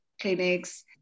clinics